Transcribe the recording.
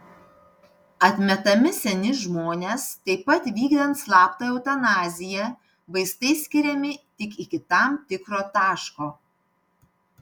atmetami seni žmonės taip pat vykdant slaptą eutanaziją vaistai skiriami tik iki tam tikro taško